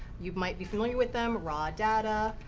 you might be familiar with them. raw data.